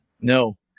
No